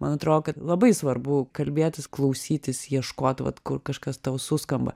man atrodo kad labai svarbu kalbėtis klausytis ieškot vat kur kažkas tau suskamba